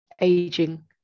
aging